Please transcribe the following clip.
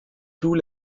tous